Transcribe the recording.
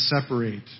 separate